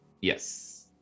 Yes